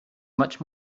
much